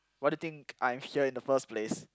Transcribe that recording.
why do you think I'm here in the first place